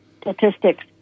statistics